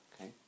Okay